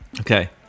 Okay